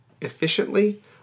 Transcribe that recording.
efficiently